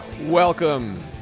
Welcome